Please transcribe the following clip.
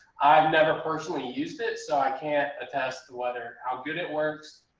i've never personally used it, so i can't attest to whether how good it works,